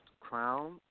Crown